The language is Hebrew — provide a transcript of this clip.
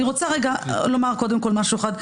אני רוצה לומר קודם כל משהו אחד,